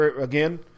again